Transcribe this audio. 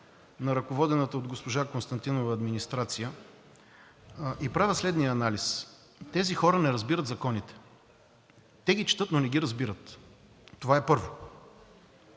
на ръководената от госпожа Константинова администрация и правя следния анализ: тези хора не разбират законите. Те ги четат, но не ги разбират – това е първо.